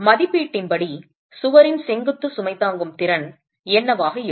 மதிப்பீட்டின்படி சுவரின் செங்குத்து சுமை தாங்கும் திறன் என்னவாக இருக்கும்